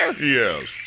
Yes